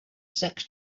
sex